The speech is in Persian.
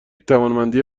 توانمندی